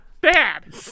Bad